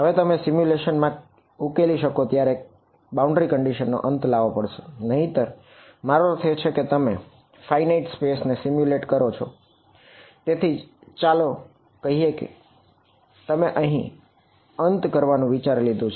હવે તમે આ સિમ્યુલેશન છે